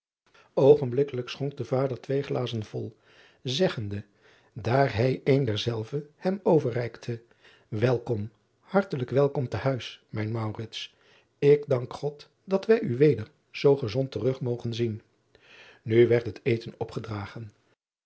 ogenblikkelijk schonk de vader twee glazen vol zeggende daar hij een derzelve hem overreikte elkom hartelijk welkom te huis mijn ik dank od dat wij u weder zoo gezond terug mogen zien u werd het eten opgedragen